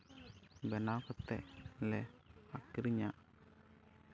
ᱵᱮᱱᱟᱣ ᱠᱟᱛᱮ ᱞᱮ ᱟᱠᱷᱨᱤᱧᱟ